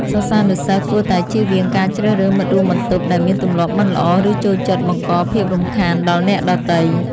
សិស្សានុសិស្សគួរតែចៀសវាងការជ្រើសរើសមិត្តរួមបន្ទប់ដែលមានទម្លាប់មិនល្អ ឬចូលចិត្តបង្កភាពរំខានដល់អ្នកដទៃ។